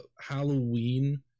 Halloween